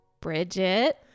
Bridget